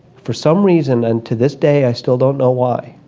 for some reason, and to this day i still don't know why,